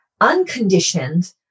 unconditioned